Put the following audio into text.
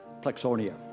plexonia